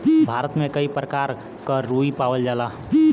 भारत में कई परकार क रुई पावल जाला